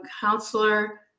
counselor